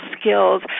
skills